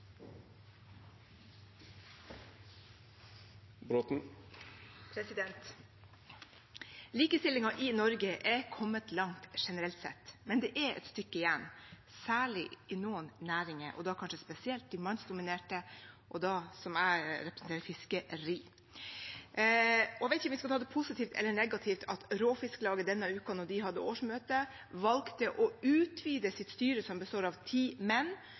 i Norge er kommet langt generelt sett, men det er et stykke igjen, særlig i noen næringer, og da kanskje spesielt de mannsdominerte, som fiskeri, som jeg representerer. Jeg vet ikke om vi skal ta det positivt eller negativt at Råfisklaget denne uken da de hadde årsmøte, valgte å utvide sitt styre, som består av ti menn,